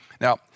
Now